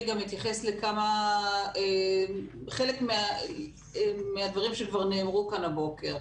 גם אתייחס לחלק מהדברים שנאמרו כאן הבוקר.